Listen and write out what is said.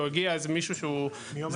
או יגיע איזה מישהו שהוא זה.